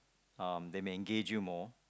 um they may engage you more